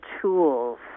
tools